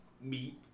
meat